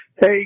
Hey